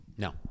No